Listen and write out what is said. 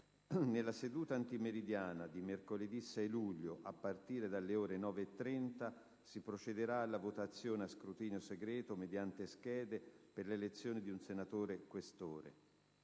Nella seduta antimeridiana di mercoledì 6 luglio, a partire dalle ore 9,30, si procederà alla votazione a scrutinio segreto mediante schede per l'elezione di un senatore Questore.